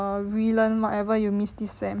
relearn whatever you miss this sem